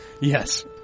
Yes